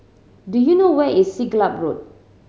do you know where is Siglap Road